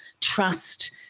trust